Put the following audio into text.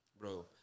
bro